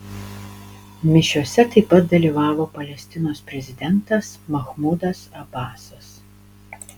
mišiose taip pat dalyvavo palestinos prezidentas mahmudas abasas